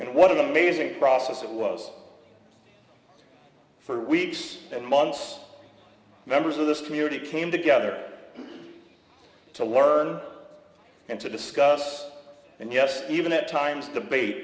an amazing process it was for weeks and months members of this community came together to learn and to discuss and yes even at times debate